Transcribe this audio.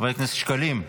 חבר הכנסת שקלים,